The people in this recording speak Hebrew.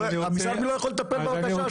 המשרד לא יכול לטפל בבקשה שלו.